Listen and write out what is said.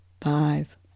Five